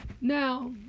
Now